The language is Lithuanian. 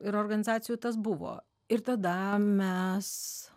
ir organizacijų tas buvo ir tada mes